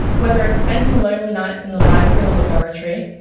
whether it's spending lonely nights in the library or laboratory,